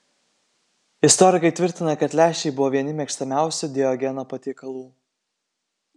istorikai tvirtina kad lęšiai buvo vieni mėgstamiausių diogeno patiekalų